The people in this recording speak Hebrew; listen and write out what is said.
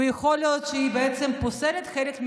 ויכול להיות שהיא בעצם פוסלת חלק מהאנשים?